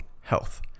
health